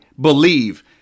believe